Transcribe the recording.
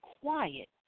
quiet